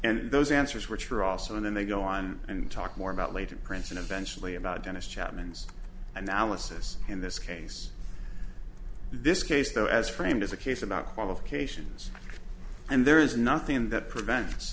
and those answers which are also on and they go on and talk more about latent prints and eventually about dennis chapman's analysis in this case this case though as framed as a case about qualifications and there is nothing that prevents